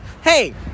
hey